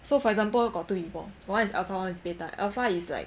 so for example got two people got one is alpha one is beta alpha is like